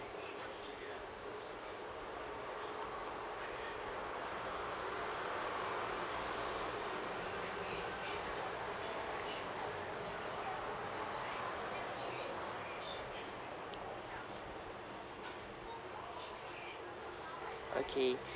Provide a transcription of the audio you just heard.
okay